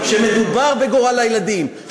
הוא שמדובר בגורל הילדים,